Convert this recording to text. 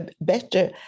better